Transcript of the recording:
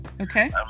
Okay